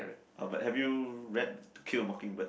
uh but have you read to kill a mockingbird